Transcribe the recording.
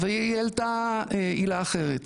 והיא עלתה עילה אחרת,